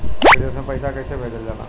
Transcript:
विदेश में पैसा कैसे भेजल जाला?